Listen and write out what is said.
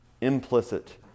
implicit